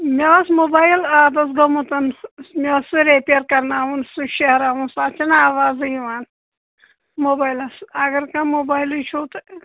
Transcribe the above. مےٚ اوس موبایل آبس گومُت مےٚ اوس سُہ ریپیر کرناوُن سُہ شیرناوُن تتھ چھے نہٕ آوازے یِوان موبایلس اگر کانٛہہ موبایلٕے چھُو تہٕ